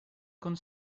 con